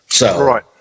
Right